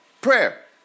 prayer